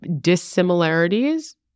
dissimilarities